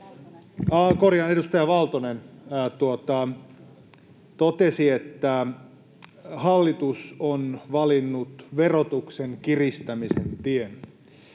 korjaan: edustaja Valtonen — totesi, että hallitus on valinnut verotuksen kiristämisen tien.